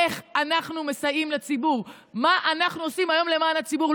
איך אנחנו מסייעים לציבור ומה אנחנו עושים היום למען הציבור.